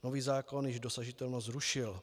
Nový zákon již dosažitelnost zrušil.